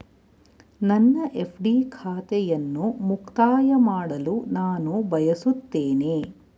ನನ್ನ ಎಫ್.ಡಿ ಖಾತೆಯನ್ನು ಮುಕ್ತಾಯ ಮಾಡಲು ನಾನು ಬಯಸುತ್ತೇನೆ